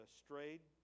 strayed